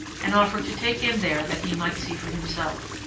and offered to take him there that he might see for himself,